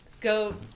go